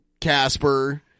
Casper